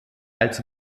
als